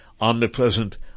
omnipresent